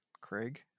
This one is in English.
Craig